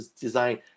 design